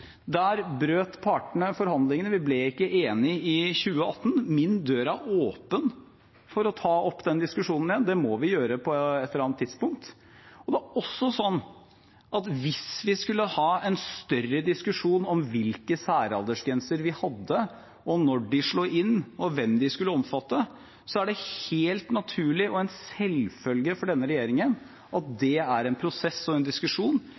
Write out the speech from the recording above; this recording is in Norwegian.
Der brøt partene forhandlingene. Vi ble ikke enige i 2018. Min dør er åpen for å ta opp den diskusjonen igjen, det må vi gjøre på et eller annet tidspunkt. Det er også sånn at hvis vi skulle hatt en større diskusjon om hvilke særaldersgrenser vi har, når de slår inn, og hvem de skal omfatte, er det helt naturlig, og en selvfølge for denne regjeringen, at det er en prosess og en diskusjon